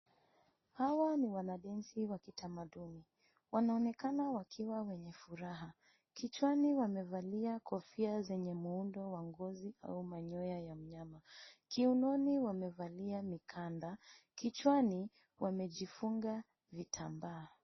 Hawa ni wana densi wa kitamaduni ,wanaonekana wakiwa wenye furaha kichwani wamevalia kofia yenye muundo wa ngozi au manyoya ya mnyama ,kiunoni wamevalia mikanda, kichwani wamejifunga vitambaa.